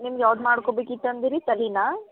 ನಿಮ್ಗ್ ಯಾವ್ದು ಮಾಡ್ಕೊಬೇಕಿತ್ತು ಅಂದಿರಿ ತಲೆನ